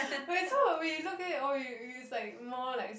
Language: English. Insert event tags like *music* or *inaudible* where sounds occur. *laughs* wait so we look it oh you's like more likes